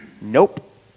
Nope